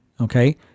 Okay